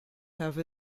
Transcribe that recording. have